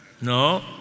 No